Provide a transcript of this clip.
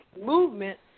movement